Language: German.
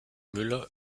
müller